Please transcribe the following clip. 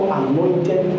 anointed